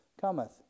cometh